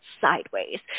sideways